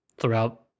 throughout